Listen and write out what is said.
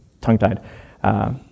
tongue-tied